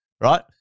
right